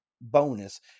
bonus